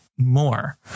More